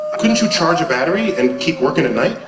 couldn't you charge a battery and keep working at night?